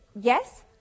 Yes